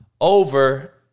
Over